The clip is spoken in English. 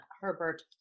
Herbert